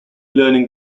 learning